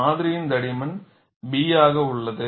மாதிரியின் தடிமன் B ஆக உள்ளது